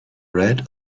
red